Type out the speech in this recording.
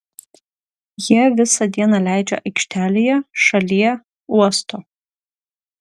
jie visą dieną leidžia aikštelėje šalie uosto